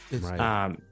Right